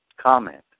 comment